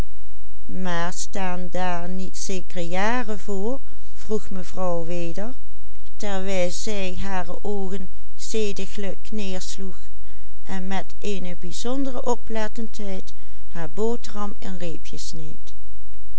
weder terwijl zij hare oogen zediglijk neersloeg en met eene bijzondere oplettendheid haar boterham in reepjes sneed